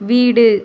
வீடு